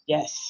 Yes